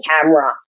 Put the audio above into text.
camera